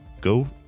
go